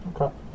Okay